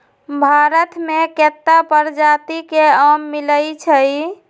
भारत मे केत्ता परजाति के आम मिलई छई